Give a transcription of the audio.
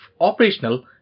operational